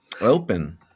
Open